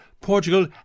Portugal